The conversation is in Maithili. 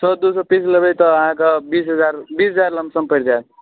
सए दू सए पीस लेबै तऽ अहाँके बीस हजार बीस हजार लम सम परि जायत